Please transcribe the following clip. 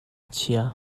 chia